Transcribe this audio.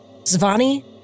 Zvani